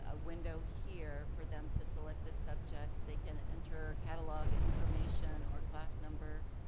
ah window here for them to select the subject. they can enter catalog information or class number.